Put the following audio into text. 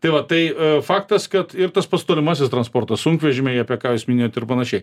tai va tai faktas kad ir tas pats tolimasis transportas sunkvežimiai apie ką jūs minėjot ir panašiai